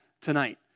tonight